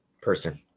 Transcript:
Person